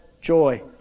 joy